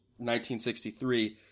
1963